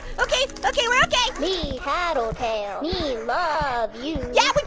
okay, okay, we're okay. me tattletail, me love you. yeah, we've